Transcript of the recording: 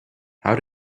how